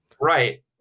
right